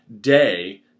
day